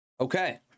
okay